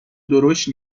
درشت